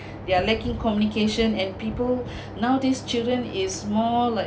they are lacking communication and people nowadays children is more like